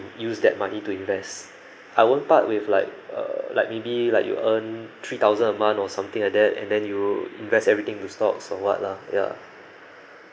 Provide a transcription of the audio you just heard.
use that money to invest I won't part with like uh like maybe like you earn three thousand a month or something like that and then you invest everything into stocks or what lah ya